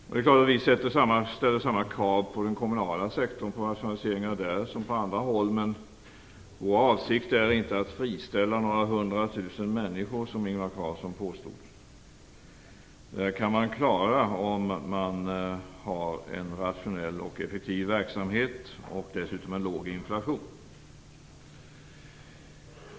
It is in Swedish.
Det är klart att vi ställer samma krav på rationaliseringar inom den kommunala sektorn som på andra håll. Men vår avsikt är inte att friställa några hundra tusen människor, som Ingvar Carlsson påstod. Detta kan man klara om man har en rationell, effektiv verksamhet och dessutom en låg inflation.